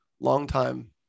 longtime